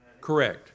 Correct